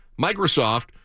Microsoft